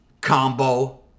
Combo